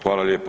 Hvala lijepo.